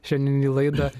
šiandien į laidą